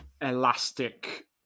elastic